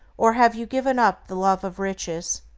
or have you given up the love of riches?